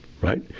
right